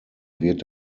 wird